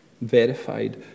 verified